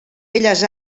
belles